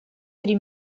три